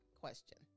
question